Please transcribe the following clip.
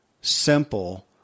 simple